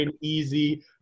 easy